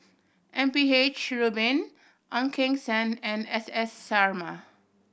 M P H Rubin Ong Keng Sen and S S Sarma